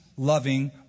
loving